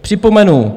Připomenu.